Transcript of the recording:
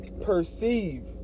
perceive